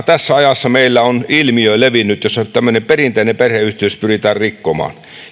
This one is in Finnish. tässä ajassa meillä on levinnyt ilmiö jossa tämmöinen perinteinen perheyhteys pyritään rikkomaan